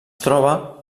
troba